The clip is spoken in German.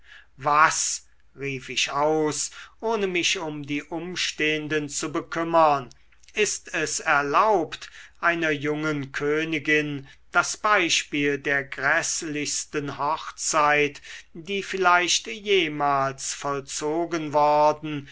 was rief ich aus ohne mich um die umstehenden zu bekümmern ist es erlaubt einer jungen königin das beispiel der gräßlichsten hochzeit die vielleicht jemals vollzogen worden